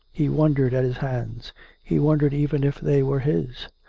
he wondered at his hands he wondered even if they were his.